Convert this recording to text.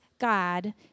God